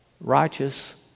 Righteous